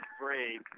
three